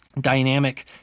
dynamic